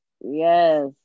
Yes